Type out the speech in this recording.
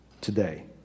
today